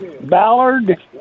Ballard